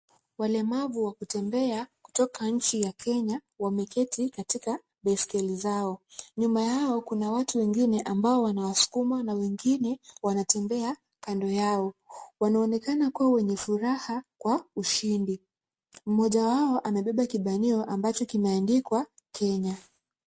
Walemavu wa kutembea kutoka nchi ya Kenya wameketi katika baiskeli zao. Nyuma yao kuna watu wengine ambao wanawasukuma na wengine wanatembea kando yao. Wanaonekana kuwa wenye furaha kwa ushindi. Mmoja wao amebeba kibanio ambacho kimeandikwa Kenya.